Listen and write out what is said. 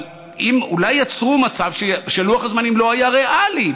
אבל אולי יצרו מצב שלוח הזמנים לא היה ריאלי,